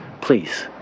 please